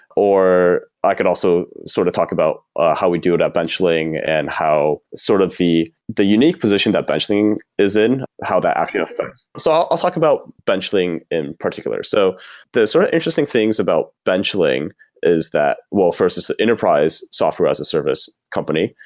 or i could also sort of talk about ah how we do it at benchling and how sort of the the unique position that benchling is in. how that actually affects. so i'll talk about benchling in particular so the sort of interesting things about benchling is that, well first, it's a enterprise software as a service company,